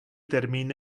termín